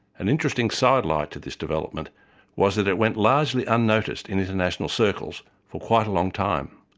an interesting sidelight to this development was that it went largely unnoticed in international circles for quite a long time.